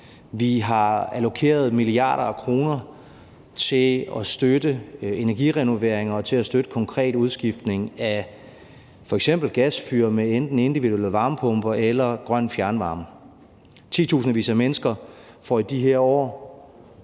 Vi har allokeret milliarder af kroner til at støtte energirenovering og til at støtte konkret udskiftning af f.eks. gasfyr med enten individuelle varmepumper eller grøn fjernvarme. Titusindvis af mennesker har allerede